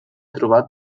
trobat